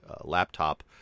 laptop